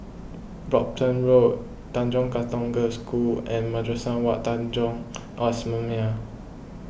Brompton Road Tanjong Katong Girls' School and Madrasah Wak Tanjong Al Islamiah